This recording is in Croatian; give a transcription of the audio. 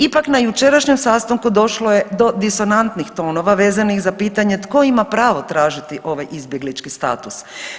Ipak na jučerašnjem sastanku došlo je disonantnih tonova vezanih za pitanje tko ima pravo tražiti ovaj izbjeglički status.